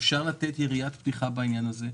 אפשר לתת יריית פתיחה בעניין הזה.